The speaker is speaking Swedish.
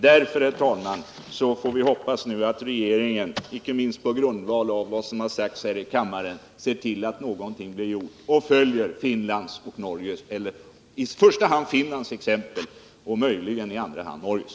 Därför, herr talman, får vi hoppas att regeringen — inte minst på grundval av vad som har sagts här i kammaren - ser till att någonting blir gjort och följer i första hand Finlands exempel och i sämsta fall Norges.